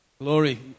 Glory